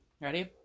Ready